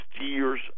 year's